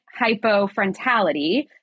hypofrontality